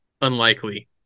unlikely